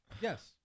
Yes